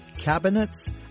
cabinets